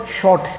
short